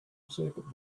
circuit